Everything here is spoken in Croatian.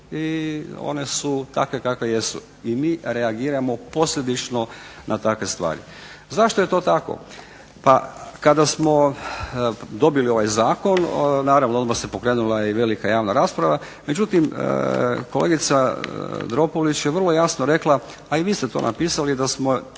i one su takve kakve jesu. I mi reagiramo posljedično na takve stvari. Zašto je to tako? Pa kada smo dobili ovaj zakon naravno odmah se pokrenula i velika javna rasprava. Međutim, kolegica Dropulić je vrlo jasno rekla, a i vi ste to napisali da smo